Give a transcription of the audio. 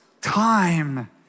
Time